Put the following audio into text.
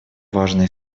важной